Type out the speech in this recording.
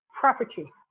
property